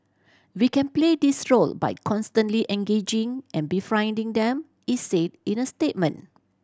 we can play this role by constantly engaging and befriending them it said in a statement